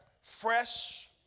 fresh